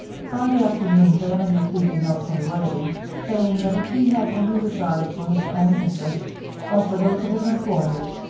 friday afternoon bannon received a note from grady saying that if he had any regard for his own interests or for those of his employers,